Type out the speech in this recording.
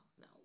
no